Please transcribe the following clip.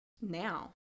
now